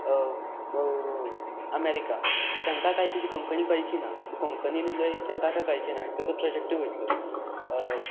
America तांकां काय तुजी कोंकणी कळची ना तूं कोंकणीन उलय तांकां कांय कळची ना तुजो प्रोजॅक्टूय वयतलो